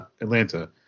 Atlanta